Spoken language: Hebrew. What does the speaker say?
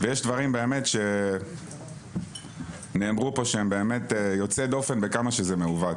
ויש דברים באמת שנאמרו פה שהם באמת יוצאי דופן בכמה שזה מעוות.